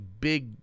big